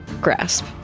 grasp